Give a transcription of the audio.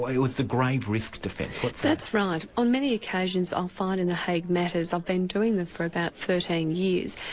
it was the grave risk defence. that's that's right. on many occasions i'm finding the hague matters. i've been doing them for about thirteen years,